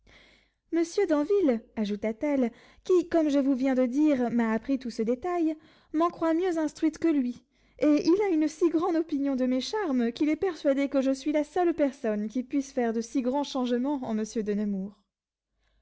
monsieur d'anville ajouta-t-elle qui comme je vous viens de dire m'a appris tout ce détail m'en croit mieux instruite que lui et il a une si grande opinion de mes charmes qu'il est persuadé que je suis la seule personne qui puisse faire de si grands changements en monsieur de nemours